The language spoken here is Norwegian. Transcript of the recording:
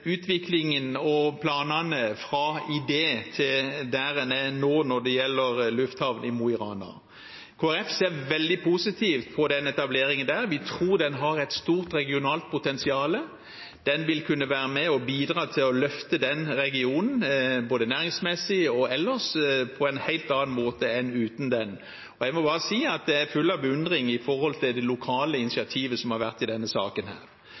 utviklingen og planene fra idé til der en er nå, når det gjelder lufthavnen i Mo i Rana. Kristelig Folkeparti ser veldig positivt på den etableringen. Vi tror den har et stort regionalt potensial. Den vil kunne være med på å løfte regionen både næringsmessig og ellers på en helt annen måte enn man kan uten den. Jeg må bare si at jeg er full av beundring for det lokale initiativet som har vært i denne saken.